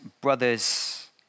brothers